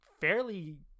fairly